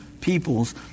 peoples